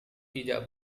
tidak